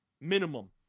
minimum